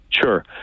Sure